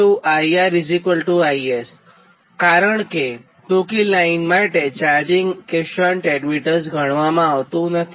તો I IR IS કારણ કે ટૂંકી લાઇન માટે ચાર્જિંગ કે શંટ એડમીટન્સ ગણવામાં આવતું નથી